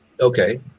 Okay